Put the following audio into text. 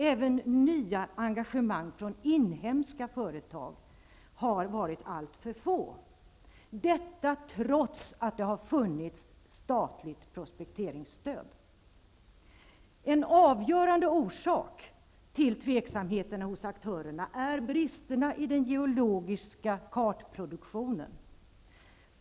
Även nya engagemang från inhemska företag har varit alltför få, trots att det har funnits statligt prospekteringsstöd. En avgörande orsak till tveksamheterna hos aktörerna är bristerna i den geologiska kartproduktionen.